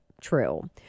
true